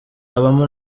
habamo